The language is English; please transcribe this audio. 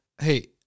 hey